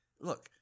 Look